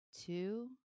two